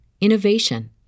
innovation